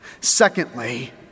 Secondly